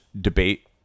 debate